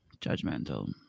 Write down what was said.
judgmental